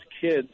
kids